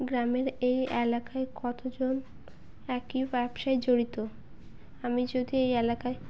গ্রামের এই এলাকায় কতজন একই ব্যবসায় জড়িত আমি যদি এই এলাকায়